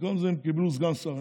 ובמקום זה הם קיבלו סגן שר,